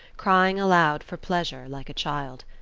crying aloud for pleasure like a child.